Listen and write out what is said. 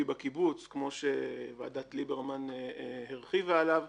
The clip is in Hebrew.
בקיבוץ כמו שוועדת ליברמן הרחיבה עליו.